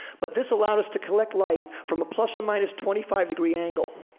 but this allowed us to collect light from a plus or minus twenty five degree angle.